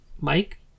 Mike